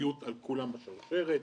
אחריות על כולם בשרשרת.